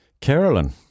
Carolyn